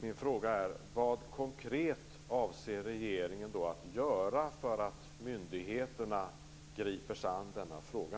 Min fråga till försvarsministern är: Vad avser regeringen göra konkret för att myndigheterna skall ta sig an denna fråga?